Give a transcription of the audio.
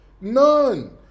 None